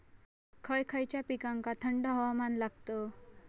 खय खयच्या पिकांका थंड हवामान लागतं?